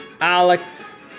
Alex